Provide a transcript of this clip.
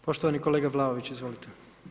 Poštovani kolega Vlaović, izvolite.